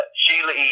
Sheila